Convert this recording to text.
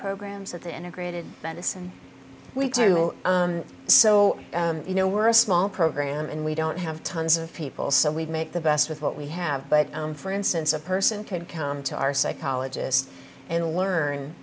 programs that the integrated medicine weeks or so you know we're a small program and we don't have tons of people so we make the best with what we have but i'm for instance a person could come to our psychologist and learn